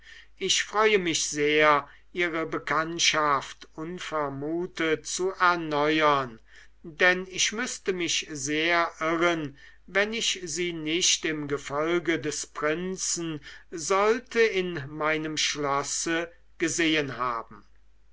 ich freue mich sehr ihre bekanntschaft unvermutet zu erneuern denn ich müßte mich sehr irren wenn ich sie nicht im gefolge des prinzen sollte in meinem schlosse gesehen haben